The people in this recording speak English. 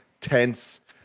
tense